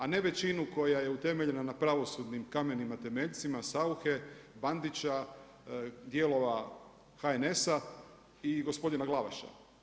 A ne većina koja je utemeljena na pravosudnim kamenima temeljcima Sauche, Bandića, dijelova HNS-a i gospodina Glavaša.